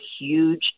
huge